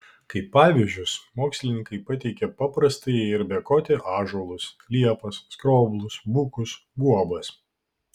kaip pavyzdžius mokslininkai pateikia paprastąjį ir bekotį ąžuolus liepas skroblus bukus guobas